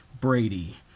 Brady